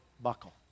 buckle